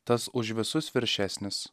tas už visus viršesnis